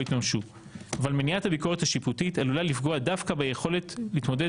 יתממשו אבל מניעת הביקורת השיפוטית עלולה לפגוע דווקא ביכולת להתמודד